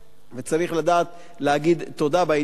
וצריך לדעת להגיד תודה בעניין הזה.